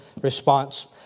response